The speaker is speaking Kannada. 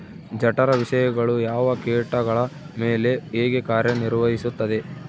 ಜಠರ ವಿಷಯಗಳು ಯಾವ ಕೇಟಗಳ ಮೇಲೆ ಹೇಗೆ ಕಾರ್ಯ ನಿರ್ವಹಿಸುತ್ತದೆ?